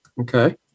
Okay